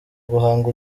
guhanga